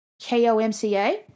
K-O-M-C-A